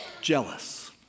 Jealous